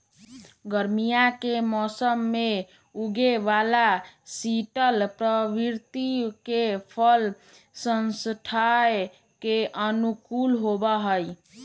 गर्मीया के मौसम्मा में उगे वाला शीतल प्रवृत्ति के फल स्वास्थ्य के अनुकूल होबा हई